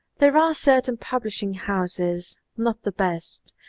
there are certain publishing houses, not the best,